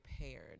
prepared